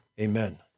Amen